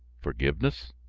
forgiveness.